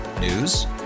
News